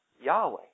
Yahweh